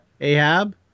Ahab